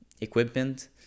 equipment